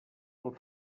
pel